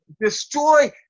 Destroy